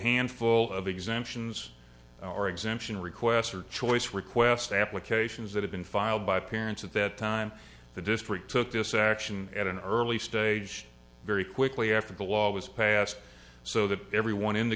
handful of exemptions or exemption requests or choice request applications that have been filed by parents at that time the district took this action at an early stage very quickly after the law was passed so that everyone in the